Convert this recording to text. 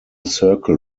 circle